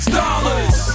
dollars